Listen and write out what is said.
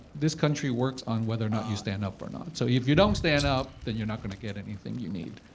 this country works on whether or not you stand up or not. so if you don't stand up, then you're not going to get anything you need.